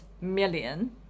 million